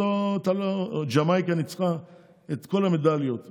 ג'מייקה ניצחה את כל המדליות בנשים.